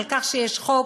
שיש חוק,